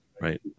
Right